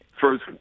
first